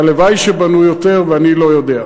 הלוואי שבנו יותר ואני לא יודע,